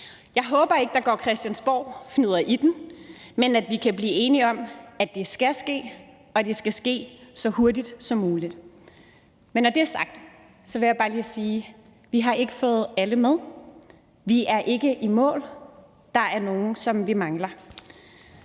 Jeg håber ikke, at der går christiansborgfnidder i den, men at vi kan blive enige om, at det skal ske, og at det skal ske så hurtigt som muligt. Men når det er sagt, vil jeg bare lige sige, at vi ikke har fået alle med. Vi er ikke i mål. Der er nogle, som vi mangler.